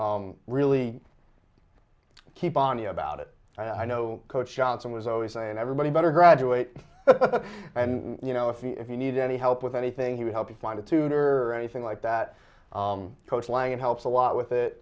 anyway really keep on me about it and i know coach johnson was always saying everybody better graduate and you know if he if you need any help with anything he would help you find a tutor or anything like that coach lang it helps a lot with it